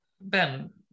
Ben